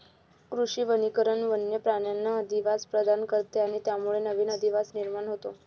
कृषी वनीकरण वन्य प्राण्यांना अधिवास प्रदान करते आणि त्यामुळे नवीन अधिवास निर्माण होतो